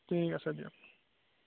ঠিক আছে দিয়ক